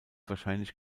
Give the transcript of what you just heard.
wahrscheinlich